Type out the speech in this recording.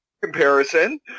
comparison